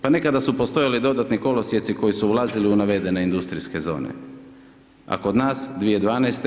Pa nekada su postojali dodatni kolosijeci, koje su ulazile u navedene industrijske zone, a kod nas 2012.